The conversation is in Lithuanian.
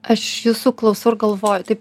aš jūsų klausau ir galvoju taip